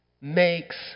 makes